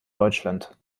deutschland